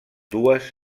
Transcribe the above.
dues